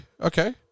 Okay